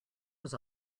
was